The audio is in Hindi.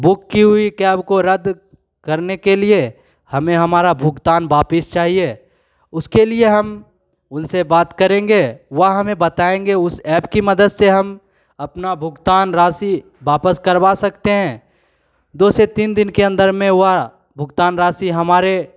बुक की हुई कैब को रद्द करने के लिए हमें हमारा भुगतान वापस चाहिए उसके लिए हम उनसे बात करेंगे वह हमें बताएँगें उस एप की मदद से हम अपना भुगतान राशि वापस करवा सकते हैं दो से तीन दिन के अंदर में वह भुगतान राशि हमारे